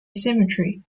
cemetery